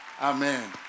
Amen